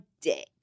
dick